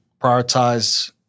prioritize